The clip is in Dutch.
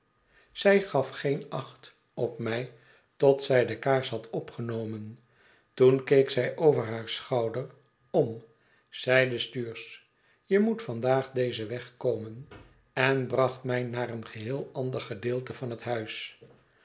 zij gaf geen acht op mij tot zij de kaars had opgenomen toen keek zij over haar schouder om zeide stuursch je moet vandaag dezen weg komen en bracht mij naar een geheel ander gedeelte van het huis